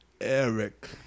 Eric